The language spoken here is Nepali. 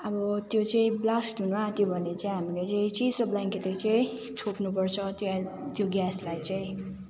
अब त्यो चाहिँ ब्लास्ट हुन आँट्यो भने चाहिँ हामीले चाहिँ चिसो ब्ल्याङकेटले चाहिँ छोप्नु पर्छ त्यो त्यो ग्यासलाई चाहिँ